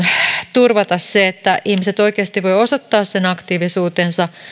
turvata se että ihmiset oikeasti voivat osoittaa sen aktiivisuutensa